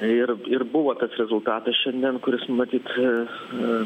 ir ir buvo tas rezultatas šiandien kuris matyt